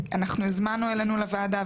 אנחנו הזמנו אלינו לוועדה,